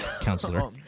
counselor